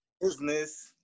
Business